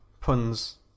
puns